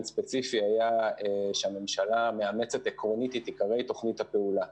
ספציפי היה שהממשלה מאמצת עקרונית את עיקרי תוכנית הפעולה.